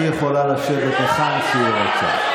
היא יכולה לשבת היכן שהיא רוצה.